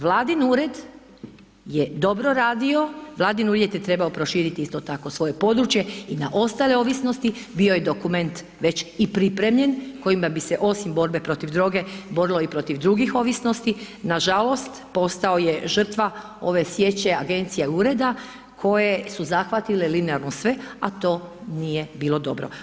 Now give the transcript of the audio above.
Vladin ured je dobro radio, Vladin ured je trebao proširiti isto tako svoje područje i na ostale ovisnosti bio je dokument već i pripremljen, kojima bi se osim borbe protiv droge borilo i protiv drugih ovisnosti, nažalost postao je žrtva ove sječe agencija i ureda koje su zahvatile koje su zahvatile linearno sve, a to nije bilo dobro.